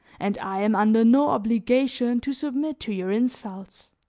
and i am under no obligation to submit to your insults.